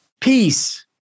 peace